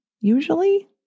Usually